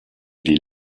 die